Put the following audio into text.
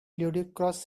ludicrous